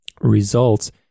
results